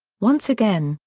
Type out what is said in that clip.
once again,